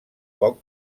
poc